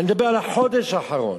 אני מדבר על החודש האחרון.